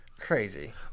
Crazy